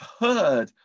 heard